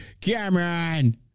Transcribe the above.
Cameron